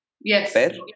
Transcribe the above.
Yes